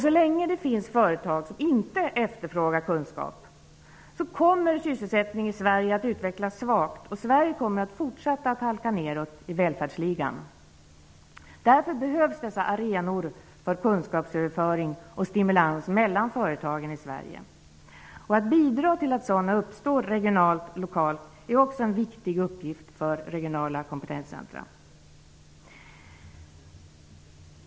Så länge det finns företag som inte efterfrågar kunskap kommer sysselsättningen i Sverige att utvecklas svagt, och Sverige kommer att fortsätta att halka nedåt i välfärdsligan. Därför behövs dessa arenor för kunskapsöverföring och stimlans mellan företagen i Sverige. Att bidra till att sådana uppstår regionalt och lokalt är också en viktig uppgift för regionala kunskaps och kompetenscentra.